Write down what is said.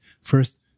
First